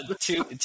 two